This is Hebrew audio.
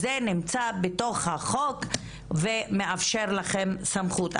זה נמצא בתוך החוק ומאפשר לכם סמכות.